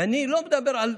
ואני לא מדבר על,